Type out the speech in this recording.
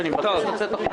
שאני מבקש לצאת החוצה.